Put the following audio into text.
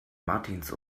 martins